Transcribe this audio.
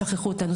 כי שכחו אותנו,